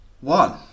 one